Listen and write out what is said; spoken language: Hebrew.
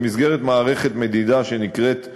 במסגרת מערכת מדידה שנקראת "מפנה",